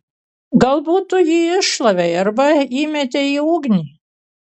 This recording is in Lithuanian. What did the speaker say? galbūt tu jį iššlavei arba įmetei į ugnį